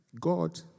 God